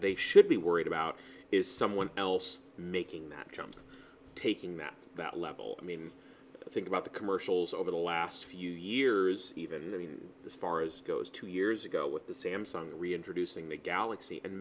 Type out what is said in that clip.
they should be worried about is someone else making that jump and taking that that level i mean think about the commercials over the last few years even as far as goes two years ago with the samsung reintroducing the galaxy and